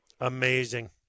amazing